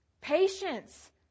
patience